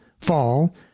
fall